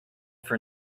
for